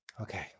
Okay